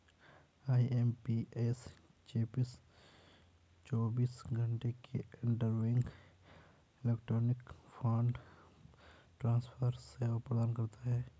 IMPS चौबीस घंटे की इंटरबैंक इलेक्ट्रॉनिक फंड ट्रांसफर सेवा प्रदान करता है